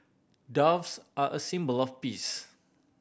Doves are a symbol of peace